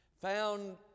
found